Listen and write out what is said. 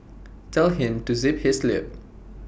tell him to zip his lip